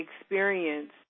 experience